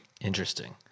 Interesting